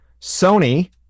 Sony